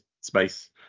space